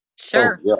Sure